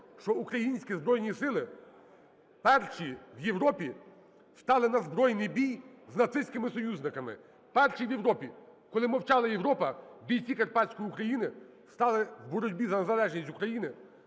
що українські Збройні Сили перші в Європі стали на збройний бій з нацистськими союзниками, перші в Європі! Коли мовчала Європи, бійці Карпатської України стали в боротьбі за незалежність України